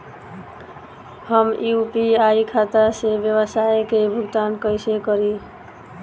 हम यू.पी.आई खाता से व्यावसाय के भुगतान कइसे करि?